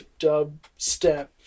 dubstep